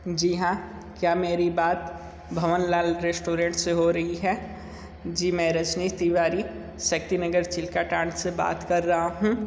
जी हाँ क्या मेरी बात भवनलाल रेस्टोरेंट से हो रही है जी मैं रजनीश तिवारी शक्ति नगर छिलका से बात कर रहा हूँ